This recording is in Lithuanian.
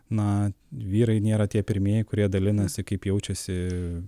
na vyrai nėra tie pirmieji kurie dalinasi kaip jaučiasi